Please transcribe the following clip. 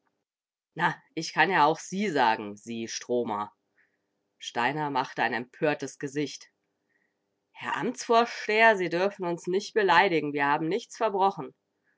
na ich kann ja auch sie sagen sie stromer steiner machte ein empörtes gesicht herr amtsvorsteher sie dürfen uns nicht beleidigen wir haben nichts verbrochen